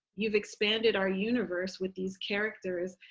you've expanded our universe with these characters.